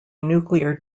nuclear